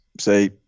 say